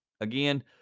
Again